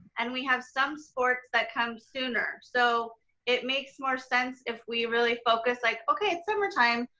and we have some sports that comes sooner. so it makes more sense if we really focus like, okay it's summertime,